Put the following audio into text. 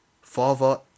Father